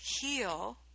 heal